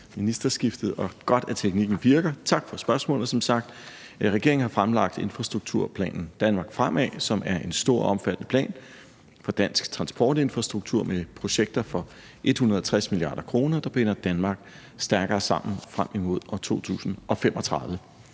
ministerskiftet. Og godt, at teknikken virker. Tak for spørgsmålet. Regeringen har fremlagt infrastrukturplanen »Danmark fremad«, som er en stor og omfattende plan for dansk transportinfrastruktur med projekter for 160 mia. kr., der binder Danmark stærkere sammen frem imod 2035.